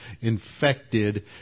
infected